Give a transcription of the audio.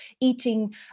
eating